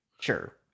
Sure